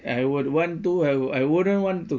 I would want to I I wouldn't want to